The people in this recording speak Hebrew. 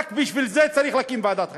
רק בשביל זה צריך להקים ועדת חקירה: